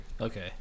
Okay